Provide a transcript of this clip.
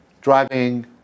driving